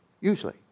usually